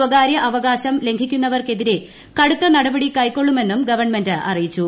സ്വകാര്യ അവകാശം ലംഘിക്കുന്നവർക്കെതിരെ കടുത്ത നടപടി കൈക്കൊള്ളുമെന്നും ഗവൺമെന്റ് അറിയിച്ചു